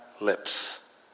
lips